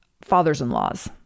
fathers-in-laws